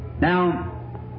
Now